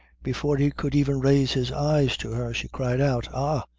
before he could even raise his eyes to her she cried out ah!